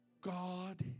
God